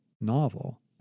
novel